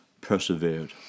persevered